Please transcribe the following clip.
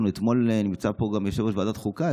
ונמצא פה גם יושב-ראש ועדת החוקה,